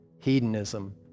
hedonism